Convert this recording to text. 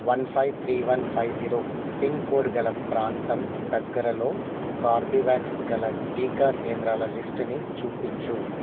one five three one five zero pin code గల ప్రాంతం దగ్గరలో కార్బ్వాక్స్ గల టీకా కేంద్రాల లిస్టుని చూపించుము